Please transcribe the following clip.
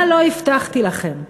מה לא הבטחתי לכם?